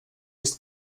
ist